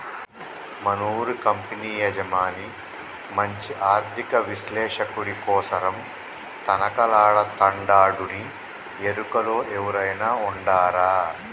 మనూరి కంపెనీ యజమాని మంచి ఆర్థిక విశ్లేషకుడి కోసరం తనకలాడతండాడునీ ఎరుకలో ఎవురైనా ఉండారా